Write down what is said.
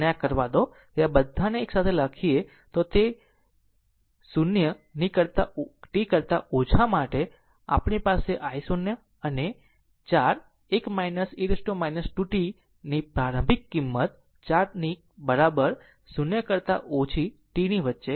તેથી આ બધાને એક સાથે રાખીએ છીએ કે તે 0 ની બરાબર t કરતા ઓછી છે કે આપણી પાસે i0 અને 4 1 e t 2 t ની આરંભિક કિંમત 4 ની બરાબર 0 કરતા ઓછી tની વચ્ચે છે